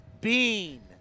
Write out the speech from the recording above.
Bean